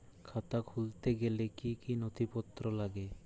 খাতা খুলতে গেলে কি কি নথিপত্র লাগে?